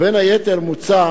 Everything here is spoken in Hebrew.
בין היתר מוצע